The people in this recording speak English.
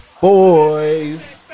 boys